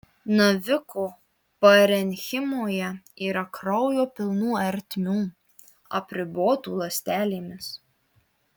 naviko parenchimoje yra kraujo pilnų ertmių apribotų ląstelėmis